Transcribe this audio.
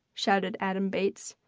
shouted adam bates,